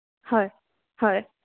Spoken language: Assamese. হয় হয়